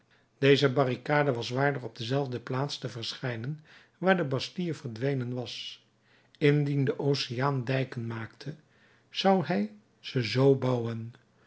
deze barricade was waardig op dezelfde plaats te verschijnen waar de bastille verdwenen was indien de oceaan dijken maakte zou hij ze z bouwen